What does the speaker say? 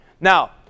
Now